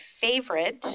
favorite